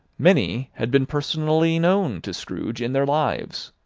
many had been personally known to scrooge in their lives.